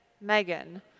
Megan